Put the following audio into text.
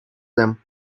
them